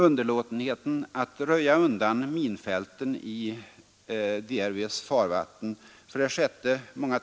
Underlåtenheten att röja undan minfälten i DRV :s farvatten.